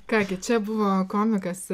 ką gi čia buvo komikas